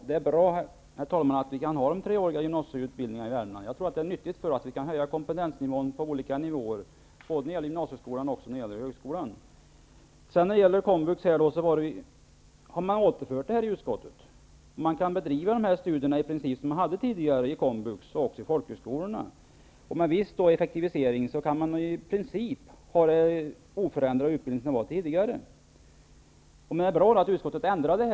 Herr talman! Det är bra att vi kan ha de treåriga gymnasieutbildningarna i Värmland. Det är nytt för oss och kan höja kompetensnivån på olika nivåer, både inom gymnasieskolan och inom högskolan. När det gäller komvux har utskottet föreslagit att medel skall återföras till denna, så att i princip de studier som tidigare bedrevs inom komvux och folkhögskolor kan fortsätta. Med en viss effektivisering kan man i princip bibehålla utbildningen oförändrad. Det är bra att utskottet har ändrat detta.